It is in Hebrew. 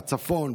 בצפון,